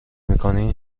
میکنی